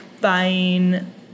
buying